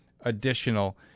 additional